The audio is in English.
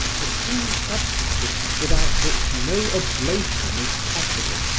the two substances without which no oblation is possible,